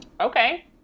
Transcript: Okay